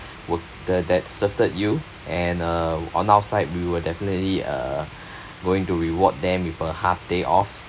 wor~ the that served you and uh on outside we will definitely uh going to reward them with a half day off